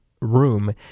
room